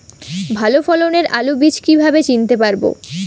ভালো ফলনের আলু বীজ কীভাবে চিনতে পারবো?